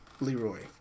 Leroy